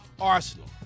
Arsenal